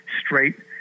straight